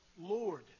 Lord